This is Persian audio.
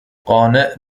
قانع